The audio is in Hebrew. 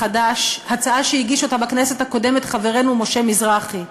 הצעה שהגיש בכנסת הקודמת חברנו משה מזרחי,